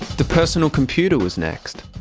the personal computer was next,